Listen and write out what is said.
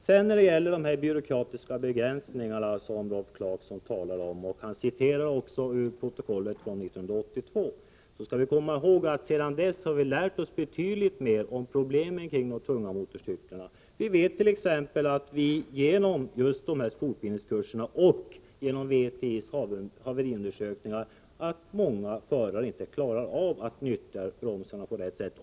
Rolf Clarkson talar om de byråkratiska begränsningarna och citerar ur protokollet från 1982. Sedan dess har vi dock lärt oss betydligt mera om problemen kring de tunga motorcyklarna. Vi vet t.ex. genom fortbildningskurserna och genom VTI:s haveriundersökningar att många förare inte klarar att nyttja bromsarna på rätt sätt.